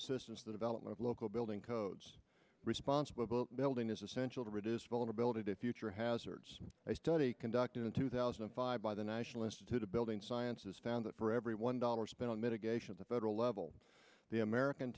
assistance the development of local building codes responsible the building is essential to reduce vulnerability to future hazards i study conducted in two thousand and five by the national institute of building sciences found that for every one dollar spent on mitigation of the federal level the american